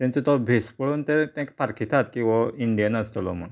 तेंचो तो भेस पळोवन तेंका ते पारखीतात की हो इंडियन आसतलो म्हूण